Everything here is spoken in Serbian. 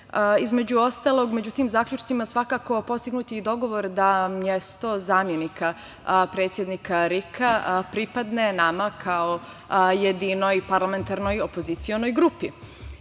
OEBS-a. Između ostalog, među tim zaključcima svakako postignut je i dogovor da mesto zamenika predsednika RIK-a pripadne nama kao jedinoj parlamentarnoj opozicionoj grupi.